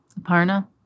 Parna